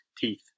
teeth